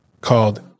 called